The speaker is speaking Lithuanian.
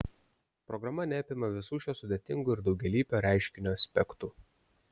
programa neapima visų šio sudėtingo ir daugialypio reiškinio aspektų